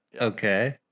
Okay